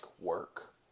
work